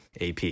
AP